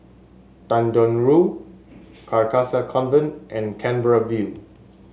Tanjong Rhu Carcasa Convent and Canberra View